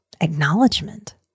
Acknowledgement